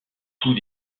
tout